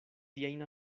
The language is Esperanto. tiajn